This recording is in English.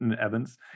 Evans